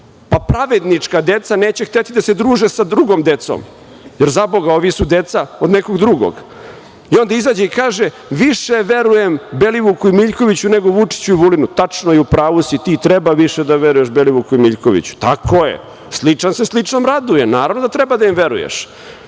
pa pravednička deca neće hteti da se druže sa drugom decom, jer zaboga, ovi su deca od nekog drugog. Onda izađe i kaže – više verujem Belivuku i Miljkoviću, nego Vučiću i Vulinu. Tačno je, u pravu si, ti i treba više da veruješ Belivuku i Miljkoviću. Tako je. Sličan se sličnom raduje. Naravno da treba da im veruješ.